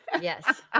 Yes